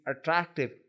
attractive